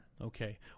Okay